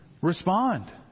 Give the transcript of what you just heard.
respond